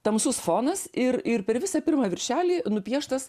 tamsus fonas ir ir per visą pirmą viršelį nupieštas